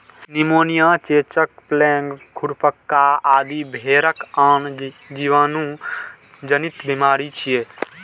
pneumonia, चेचक, plague, खुरपका आदि भेड़क आन जीवाणु जनित बीमारी छियै